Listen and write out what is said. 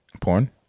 Porn